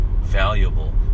valuable